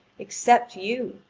except you,